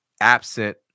absent